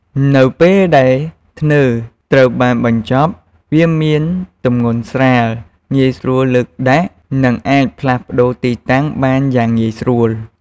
នៅពេលដែលធ្នើរត្រូវបានបញ្ចប់ វាមានទម្ងន់ស្រាល ងាយស្រួលលើកដាក់ និងអាចផ្លាស់ប្តូរទីតាំងបានយ៉ាងងាយស្រួល។